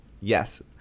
Yes